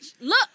look